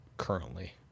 currently